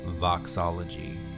Voxology